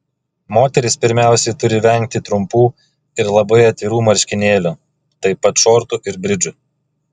moterys pirmiausiai turi vengti trumpų ir labai atvirų marškinėlių taip pat šortų ir bridžų